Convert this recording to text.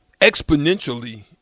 exponentially